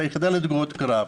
את היחידה לתגובות קרב,